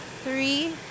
Three